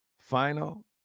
final